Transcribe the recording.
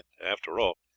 after all,